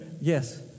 Yes